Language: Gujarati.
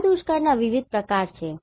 આ દુષ્કાળના વિવિધ પ્રકારો છે